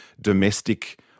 domestic